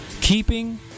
keeping